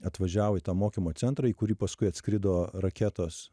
atvažiavo į tą mokymo centrą į kurį paskui atskrido raketos